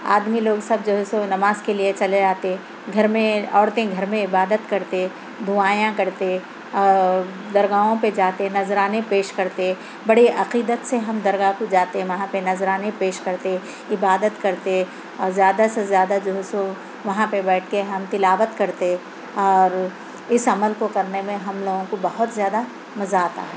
آدمی لوگ سب جو ہے سو نماز کے لئے چلے آتے گھر میں عورتیں گھر میں عبادت کرتے دعاٮٔیں کرتے درگاہوں پہ جاتے نذرانے پیش کرتے بڑی عقیدت سے ہم درگاہ کو جاتے وہاں پہ نذرانے پیش کرتے عبادت کرتے اور زیادہ سے زیادہ جو ہے سو وہاں پہ بیٹھ کے ہم تلاوت کرتے اور اِس عمل کو کرنے میں ہم لوگوں کو بہت زیادہ مزہ آتا ہے